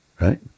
right